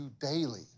daily